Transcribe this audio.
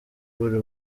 buri